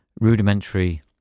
rudimentary